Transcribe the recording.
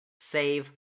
save